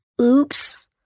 Oops